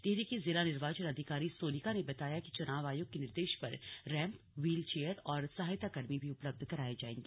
टिहरी की जिला निर्वाचन अधिकारी सोनिका ने बताया कि चुनाव आयोग के निर्देश पर रैम्प व्हील चेयर और सहायता कर्मी भी उपलब्ध कराया जाएगा